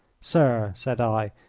sir, said i,